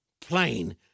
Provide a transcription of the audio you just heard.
plain